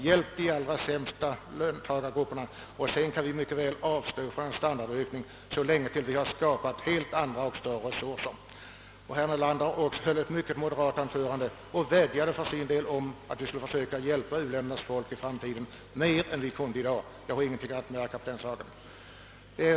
Hjälp de allra sämst ställda löntagargrupperna — sedan kan vi mycket väl avstå från en standardökning till dess att vi skapat helt andra och större resurser! Också herr Nelander höll ett mycket moderat anförande och vädjade för sin del om att vi i framtiden skulle försöka hjälpa u-ländernas folk mer än vi i dag kan. Jag har inget att anmärka mot denna vädjan.